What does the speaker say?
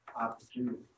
opportunity